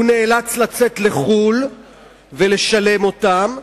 והוא נאלץ לצאת לחו"ל ולשלם אותם,